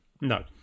No